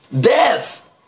Death